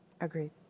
Agreed